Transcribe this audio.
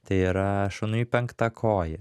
tai yra šuniui penkta koja